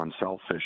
unselfish